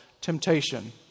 temptation